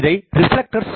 இது ரிப்லக்ட்டர்ஸ்